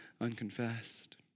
unconfessed